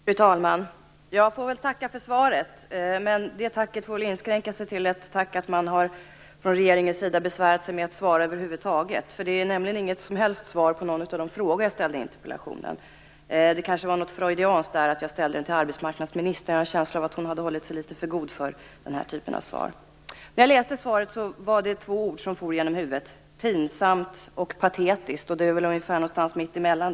Fru talman! Jag får tacka för svaret, men det får inskränka sig till ett tack för att man från regeringens sida över huvud taget har besvärat sig med att svara. Det finns nämligen inget svar på någon av de frågor som jag ställde i interpellationen. Det är kanske något freudianskt. Jag ställde frågan till arbetsmarknadsministern, och jag har en känsla av att hon skulle ha hållit sig för god för den här typen av svar. När jag läste detta svar for två ord genom huvudet: pinsamt och patetiskt. Jag tycker att det ligger någonstans mittemellan.